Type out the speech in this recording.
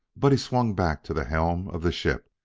but he swung back to the helm of the ship.